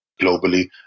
globally